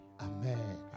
Amen